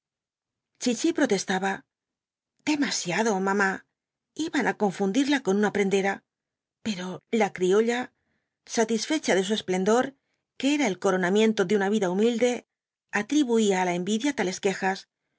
chichi protestaba demasiado mamá iban á confundirla con una prendera pero la criolla satisfecha v blasco ibáñbz de su esplendor que era el coronamiento de una vida humilde atribuía á la envidia tales quejas